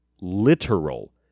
literal